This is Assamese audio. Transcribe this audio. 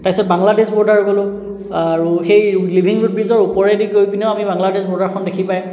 তাৰপিছত বাংলাদেশ ব'ৰ্ডাৰ গ'লোঁ আৰু সেই লিভিং ৰুট ব্ৰিজৰ ওপৰেদি গৈ পিনেও আমি বাংলাদেশ ব'ৰ্ডাৰখন দেখি পায়